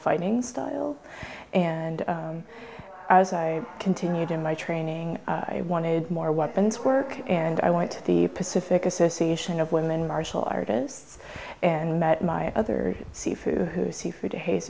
fighting style and as i continued in my training i wanted more weapons work and i went to the pacific association of women martial artists and met my other seafood seafood h